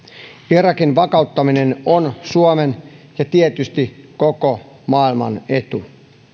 irakin vakauttaminen on suomen ja tietysti koko maailman etu